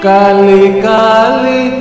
Kali-kali